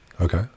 Okay